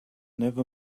never